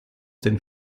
den